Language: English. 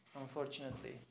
unfortunately